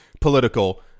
political